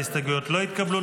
ההסתייגויות לא התקבלו.